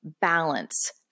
balance